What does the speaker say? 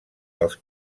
dels